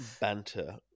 Banter